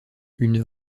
une